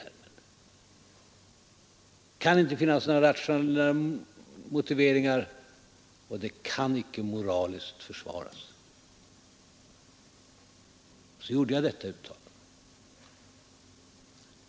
Det kan, sade jag mig, inte finnas några rationella motiveringar, och det kan icke moraliskt försvaras. Så gjorde jag detta uttalande.